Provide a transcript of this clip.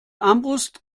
armbrust